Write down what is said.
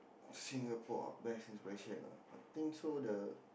Singapore ah best inspiration ah I think so the